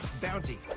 Bounty